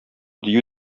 дию